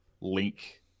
link